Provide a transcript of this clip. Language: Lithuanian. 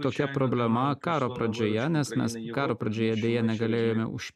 tokia problema karo pradžioje nes mes karo pradžioje deja negalėjome už